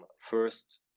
first